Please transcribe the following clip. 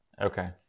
Okay